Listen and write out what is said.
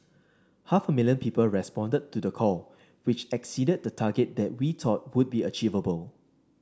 half a million people responded to the call which exceeded the target that we thought would be achievable